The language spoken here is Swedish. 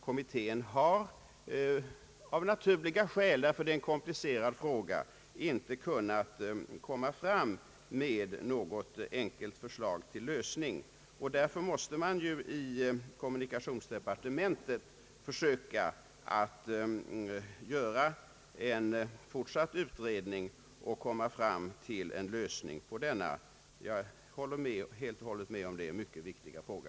Kommittén har av naturliga skäl, just därför att det är en komplicerad fråga, inte kunnat komma med något enkelt förslag till lösning. Därför måste kommunikationsdepartementet genom en fortsatt utredning försöka nå en lösning. Jag håller emellertid helt och hållet med herr Berglund om att detta är en viktig fråga.